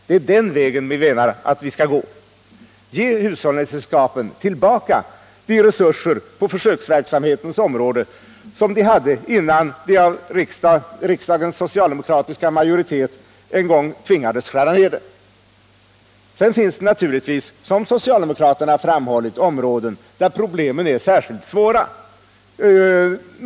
Det är den vägen vi menaratt vi skall gå: Ge hushållningssällskapen tillbaka de resurser för försöksverksamhet som de hade innan de av riksdagens socialdemokratiska majoritet en gång tvingades skära ned den. Sedan finns det naturligtvis, som socialdemokraterna framhållit, områden där problemen är särskilt svåra.